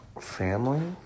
family